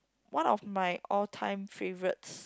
one of my all time favourites